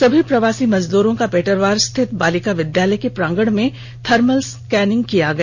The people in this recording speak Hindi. सभी प्रवासी मजदूरों का पेटरवार स्थित बालिका विद्यालय के प्रांगण में थर्मल स्कैनिंग कराया गया